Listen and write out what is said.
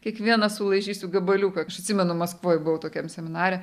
kiekvieną sulaižysiu gabaliuką aš atsimenu maskvoj buvau tokiam seminare